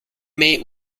mate